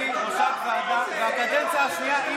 טלי היא ראשת ועדה בקדנציה השנייה,